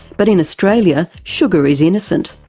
but in australia sugar is innocent.